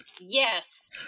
yes